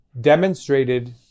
demonstrated